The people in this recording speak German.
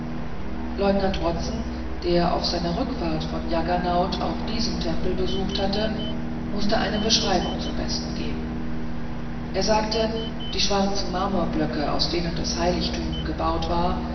leutnant watson der auf seiner rückfahrt von jaggernauth auch diesen tempel besucht hatte mußte eine beschreibung zum besten geben er sagte die schwarzen marmorblöcke aus denen das heiligtum gebaut war